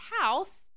house –